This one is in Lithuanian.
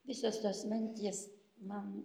visos tos mintys man